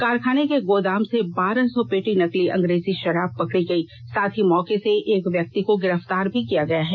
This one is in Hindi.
कारखाने के गोदाम से बारह सौ पेटी नकली अंग्रेजी शराब पकड़ी गई साथ ही मौके से एक व्यक्ति को गिरफ्तार भी किया गया है